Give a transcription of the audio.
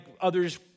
others